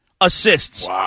assists